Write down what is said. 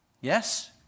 Yes